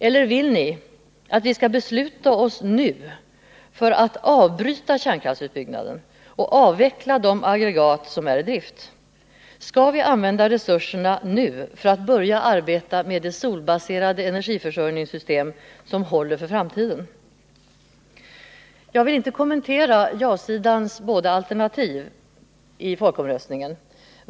Eller vill ni att vi skall besluta oss nu för att avbryta kärnkraftsutbyggnaden och avveckla de aggregat som är i drift? Skall vi använda resurserna nu för att börja arbeta med det solbaserade energiförsörjningssystem som håller för framtiden? Jag vill inte kommentera ja-sidans båda alternativ i folkomröstningen.